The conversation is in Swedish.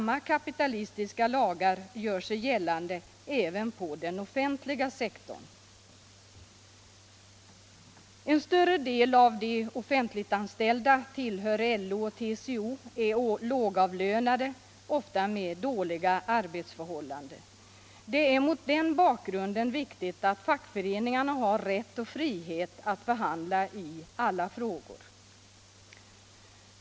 De kapitalistiska lagarna gör sig gällande även på den offentliga sektorn. En större del av de offentliganställda tillhör LO och TCO. De är lågavlönade och har ofta dåliga arbetsförhållanden. Det är mot den bakgrunden viktigt att fackföreningarna har rätt och frihet att förhandla i olika frågor.